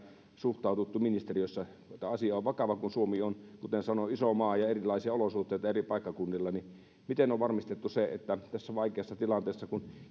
suhtauduttu ministeriössä asia on vakava kun suomi on kuten sanoin iso maa ja erilaisia olosuhteita eri paikkakunnilla miten on varmistettu tässä vaikeassa tilanteessa kun